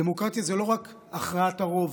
דמוקרטיה זה לא רק הכרעת הרוב,